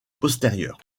postérieure